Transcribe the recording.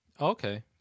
Okay